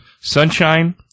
Sunshine